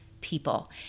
people